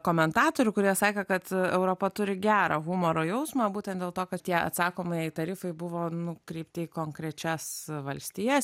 komentatorių kurie sakė kad europa turi gerą humoro jausmą būtent dėl to kad jie atsakomieji tarifai buvo nukreipti į konkrečias valstijas